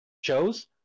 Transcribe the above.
shows